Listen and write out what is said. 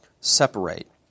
separate